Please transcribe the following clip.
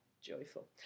joyful